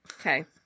Okay